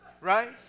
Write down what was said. Right